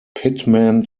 pittman